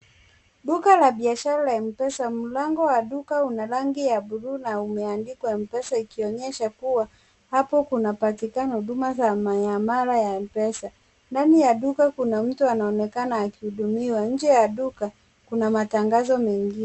Duka la biashara la Mpesa mlango wa duka una rangi ya bluu na umeandikwa Mpesa ikionyesha ikionyesha kuwa, hapa knapatikana huduma za mayamala ya Mpesa. Ndani ya duka kuna mtu anaonekana akihudumiwa. Nje ya duka, kuna matangazo mengine.